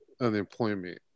unemployment